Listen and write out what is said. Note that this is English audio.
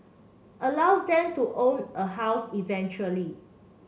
allows them to own a house eventually